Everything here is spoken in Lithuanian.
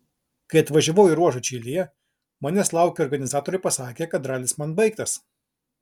kai atvažiavau į ruožą čilėje manęs laukę organizatoriai pasakė kad ralis man baigtas